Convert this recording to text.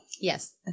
Yes